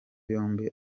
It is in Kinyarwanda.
yombi